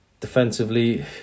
Defensively